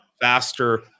faster